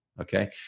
okay